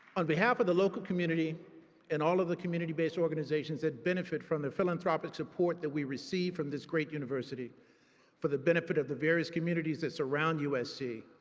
on behalf of the local community and all the community-based organizations that benefit from the philanthropic support that we receive from this great university for the benefit of the various communities that surround usc,